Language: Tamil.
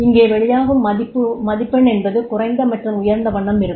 இங்கே வெளியாகும் மதிப்பெண் என்பது குறைந்த மற்றும் உயர்ந்தவண்ணம் இருக்கும்